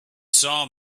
saw